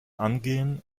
angehen